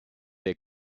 der